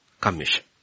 commission